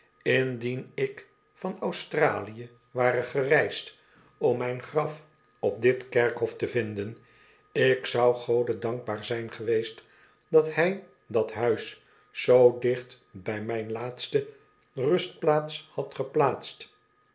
indien ik van australië ware gereisd om mijn graf op dit kerkhof to vinden ik zou gode dankbaar zijn geweest dat hij dat huis zoo dichtbij mijne laatste rustplaats had geplaatst